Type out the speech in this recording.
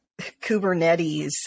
Kubernetes